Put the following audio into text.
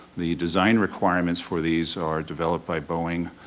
the design requirements for these are developed by boeing,